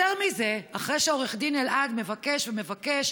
יותר מזה, אחרי שעו"ד אלעד מבקש ומבקש,